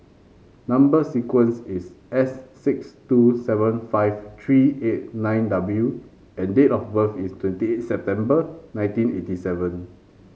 number sequence is S six two seven five three eight nine W and date of birth is twenty eight September nineteen eighty seven